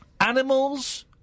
Animals